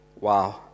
wow